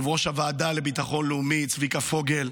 ליושב-ראש הוועדה לביטחון לאומי צביקה פוגל,